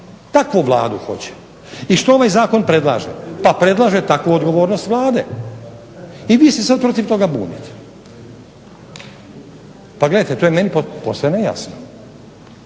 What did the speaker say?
takvu Vladu hoće. I što ovaj zakon predlaže? Predlaže takvu odgovornost vlade i vi se sada protiv toga bunite, to je meni posve nejasno.